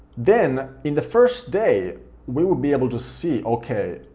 then in the first day we will be able to see, okay,